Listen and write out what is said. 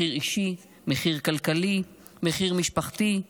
מחיר אישי, מחיר כלכלי, מחיר משפחתי,